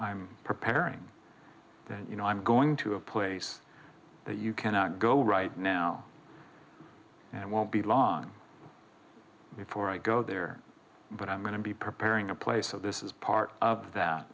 i'm preparing you know i'm going to a place that you cannot go right now and i won't be long before i go there but i'm going to be preparing a place so this is part of that